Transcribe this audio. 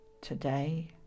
today